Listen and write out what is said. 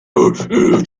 into